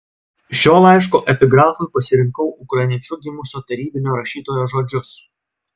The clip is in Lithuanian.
šio laiško epigrafui pasirinkau ukrainiečiu gimusio tarybinio rašytojo žodžius